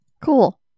Cool